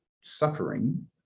suffering